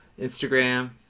Instagram